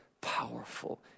powerful